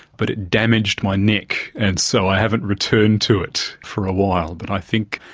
but it damaged my neck, and so i haven't returned to it for awhile, but i think,